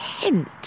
hint